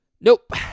Nope